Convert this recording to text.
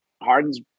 Harden's